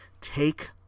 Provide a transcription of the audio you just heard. Take